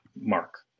mark